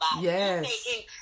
Yes